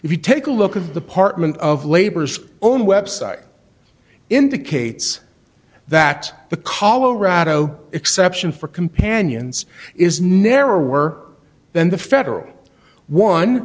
if you take a look at the partment of labor's own website indicates that the colorado exception for companions is narrower than the federal one